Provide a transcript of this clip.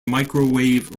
microwave